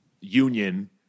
union